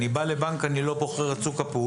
אני בא לבנק, אני לא בוחר את סוג הפעולה?